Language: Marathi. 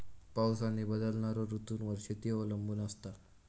पाऊस आणि बदलणारो ऋतूंवर शेती अवलंबून असता